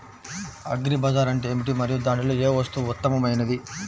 Agri Bazaar అంటే ఏమిటి మరియు దానిలో ఏ వస్తువు ఉత్తమమైనది?